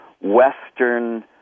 Western